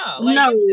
no